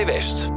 West